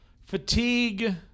fatigue